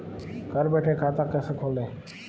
घर बैठे खाता कैसे खोलें?